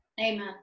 Amen